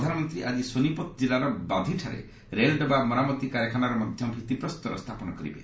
ପ୍ରଧାନମନ୍ତ୍ରୀ ଆଜି ସୋନିପତ୍ କିଲ୍ଲାର ବାଧିଠାରେ ରେଳଡବା ମରାମତି କାରଖାନାର ମଧ୍ୟ ଭିଭିପ୍ରସ୍ତର ସ୍ଥାପନ କରିବେ